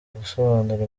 gusobanura